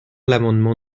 l’amendement